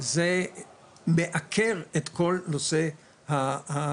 זה מעקר את כל נושא ההרתעה.